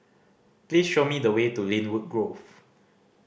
please show me the way to Lynwood Grove